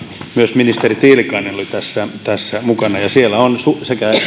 myös ministeri tiilikainen oli tässä tässä mukana siellä on sekä